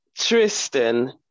Tristan